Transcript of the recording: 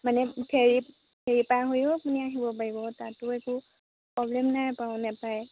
মানে হেৰি হেৰি পাৰ হৈও আপুনি আহিব পাৰিব তাতো একো প্ৰব্লেম নাই বাৰু নেপায়